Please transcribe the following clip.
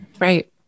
right